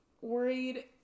worried